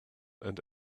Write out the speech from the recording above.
and